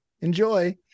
Enjoy